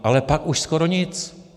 Ale pak už skoro nic.